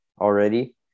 already